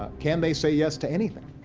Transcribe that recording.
ah can they say yes to anything?